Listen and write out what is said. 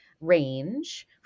range